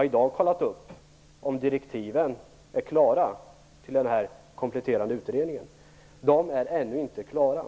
har i dag kollat upp om direktiven är klara till den kompletterande utredningen. De är ännu inte klara.